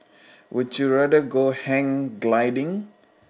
would you rather go hang gliding